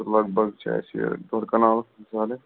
لگ بگ چھِ اَسہِ یہِ ڈۅڈ کنال زیٛادٕے